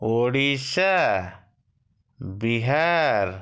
Odisha Bihar